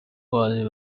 was